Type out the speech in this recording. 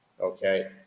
okay